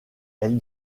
elle